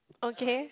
okay